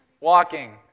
walking